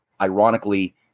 Ironically